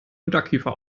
unterkiefer